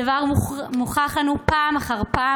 הדבר מוכח לנו פעם אחר פעם,